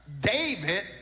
David